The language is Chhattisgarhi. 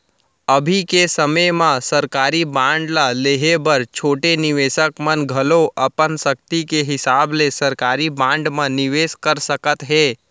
अभी के समे म सरकारी बांड ल लेहे बर छोटे निवेसक मन घलौ अपन सक्ति के हिसाब ले सरकारी बांड म निवेस कर सकत हें